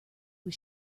was